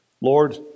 Lord